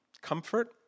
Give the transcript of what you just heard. comfort